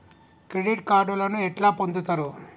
Credit కార్డులను ఎట్లా పొందుతరు?